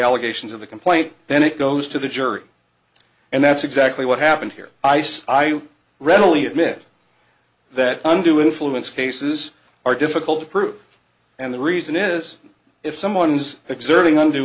allegations of the complaint then it goes to the jury and that's exactly what happened here ice i readily admit that undue influence cases are difficult to prove and the reason is if someone's